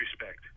respect